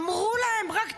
ואמרו להם: רק תקשיבו,